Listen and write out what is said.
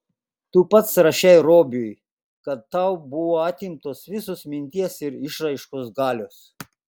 tu pats rašei robiui kad tau buvo atimtos visos minties ir išraiškos galios